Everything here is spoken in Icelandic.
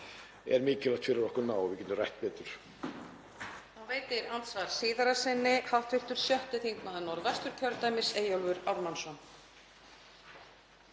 er mikilvægt fyrir okkur að ná og við getum rætt betur.